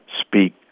speak